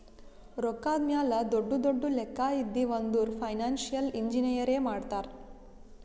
ರೊಕ್ಕಾದ್ ಮ್ಯಾಲ ದೊಡ್ಡು ದೊಡ್ಡು ಲೆಕ್ಕಾ ಇದ್ದಿವ್ ಅಂದುರ್ ಫೈನಾನ್ಸಿಯಲ್ ಇಂಜಿನಿಯರೇ ಮಾಡ್ತಾರ್